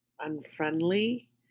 unfriendly